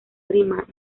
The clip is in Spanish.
prima